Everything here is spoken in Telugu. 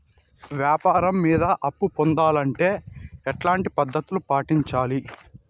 వ్యాపారం మీద అప్పు పొందాలంటే ఎట్లాంటి పద్ధతులు పాటించాలి?